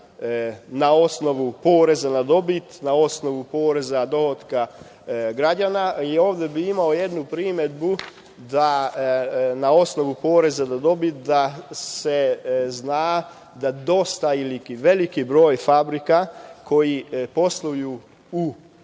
na osnovu poreza na dobit, na osnovu poreza dohotka građana i ovde bih imao jednu primedbu da na osnovu poreza na dobit, da se zna da veliki broj fabrika koje posluju u